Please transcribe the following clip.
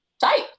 tight